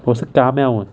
我是 gamiao ah